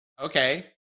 Okay